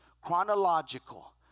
chronological